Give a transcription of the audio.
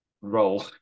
role